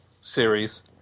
series